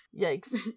Yikes